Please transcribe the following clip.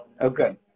Okay